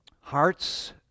Hearts